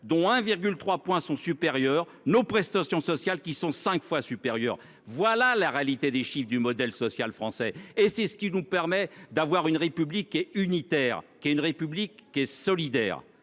dont 1,3 points sont. Nos prestations sociales qui sont 5 fois supérieurs. Voilà la réalité des chiffres du modèle social français et c'est ce qui nous permet d'avoir une république unitaire qui est une République qui est solidaire.